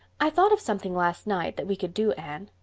i thought of something last night that we could do, anne.